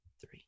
three